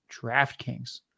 DraftKings